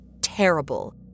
terrible